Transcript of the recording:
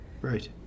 Right